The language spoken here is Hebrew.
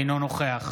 אינו נוכח